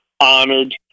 honored